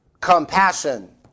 Compassion